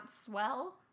swell